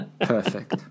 Perfect